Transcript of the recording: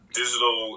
digital